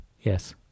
Yes